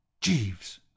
Jeeves